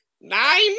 nine